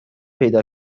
پیدا